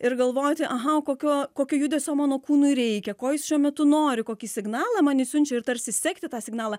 ir galvoti aha o kokio kokio judesio mano kūnui reikia ko jis šiuo metu nori kokį signalą man jis siunčia ir tarsi sekti tą signalą